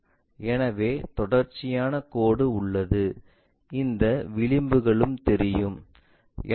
எனவே தொடர்ச்சியான கோடு உள்ளது